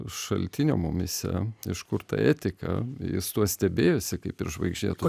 šaltinio mumyse iš kur ta etika jis tuo stebėjosi kaip ir žvaigždėtu